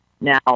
Now